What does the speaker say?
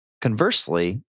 conversely